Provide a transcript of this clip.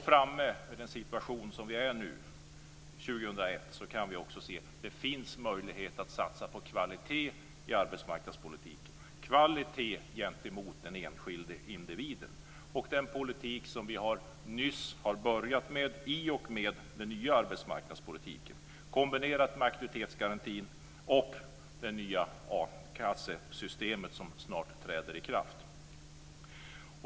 Framme vid den situation som vi har nu, 2001, kan vi också se att det finns möjlighet att satsa på kvalitet i arbetsmarknadspolitiken gentemot den enskilde individen. Vi har nyss börjat med den politiken i och med den nya arbetsmarknadspolitiken kombinerat med aktivitetsgarantin och det nya akassesystemet som snart träder i kraft.